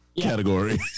category